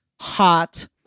hot